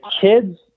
kids